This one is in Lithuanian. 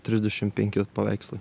trisdešim penki paveikslai